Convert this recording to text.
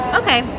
okay